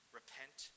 repent